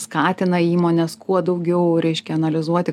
skatina įmones kuo daugiau reiškia analizuoti